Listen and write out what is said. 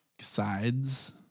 sides